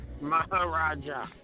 Maharaja